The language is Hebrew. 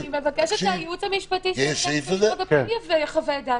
אני מבקשת שהייעוץ המשפטי של משרד המשפטים יחווה את דעתו.